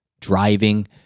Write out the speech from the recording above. driving